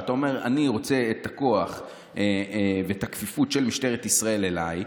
ואתה אומר: אני רוצה את הכוח ואת הכפיפות של משטרת ישראל אליי,